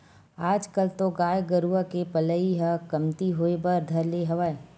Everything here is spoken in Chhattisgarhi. आजकल तो गाय गरुवा के पलई ह कमती होय बर धर ले हवय